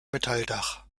metalldach